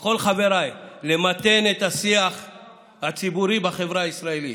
ולכל חבריי: למתן את השיח הציבורי בחברה הישראלית.